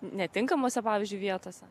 netinkamose pavyzdžiui vietose